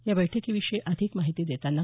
या बैठकीविषयी अधिक माहिती देताना डॉ